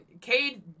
Cade